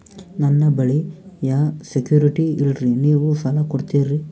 ನನ್ನ ಬಳಿ ಯಾ ಸೆಕ್ಯುರಿಟಿ ಇಲ್ರಿ ನೀವು ಸಾಲ ಕೊಡ್ತೀರಿ?